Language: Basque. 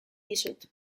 dizut